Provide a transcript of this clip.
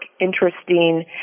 interesting